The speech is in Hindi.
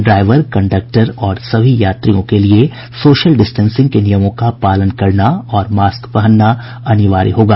ड्राईवर कंडक्टर और सभी यात्रियों के लिए सोशल डिस्टेंसिंग के नियमों का पालन करना और मास्क पहनना अनिवार्य होगा